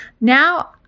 Now